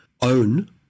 own